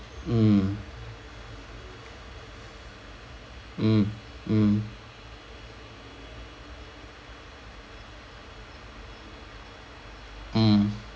mm mm mm mm